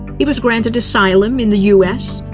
he was granted asylum in the u s.